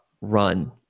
run